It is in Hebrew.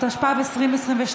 התשפ"ב 2022,